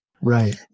Right